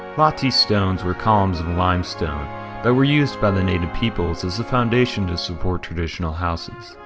latte stones were columns of limestone that were used by the native peoples as the foundation to support traditional houses.